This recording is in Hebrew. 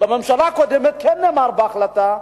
בממשלה הקודמת כן נאמר בהחלטה: